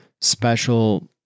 special